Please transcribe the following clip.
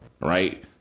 right